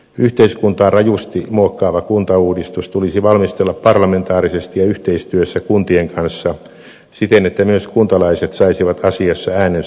yhteiskuntaa rajusti muokkaava kuntauudistus tulisi valmistella parlamentaarisesti ja yhteistyössä kuntien kanssa siten että myös kuntalaiset saisivat asiassa äänensä kuuluville